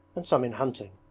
and some in hunting.